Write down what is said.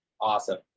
Awesome